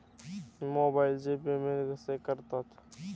मोबाइलचे पेमेंट कसे करतात?